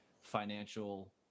financial